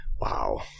Wow